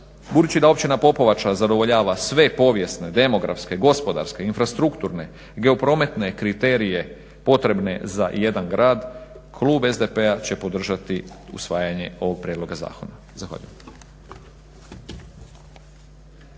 budući da Općina Popovača zadovoljava sve povijesne, demografske, gospodarske, infrastrukturne, geoprometne kriterije potrebne za jedan grad klub SDP-a će podržati usvajanje ovog prijedloga zakona.